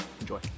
enjoy